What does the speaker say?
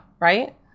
right